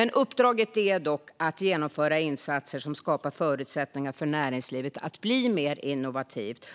namnet. Uppdraget är dock att genomföra insatser som skapar förutsättningar för näringslivet att bli mer innovativt.